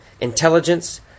intelligence